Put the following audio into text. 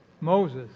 Moses